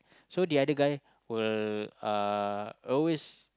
so the other guy will uh always